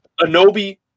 Anobi